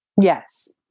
Yes